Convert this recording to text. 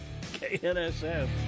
KNSF